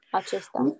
acesta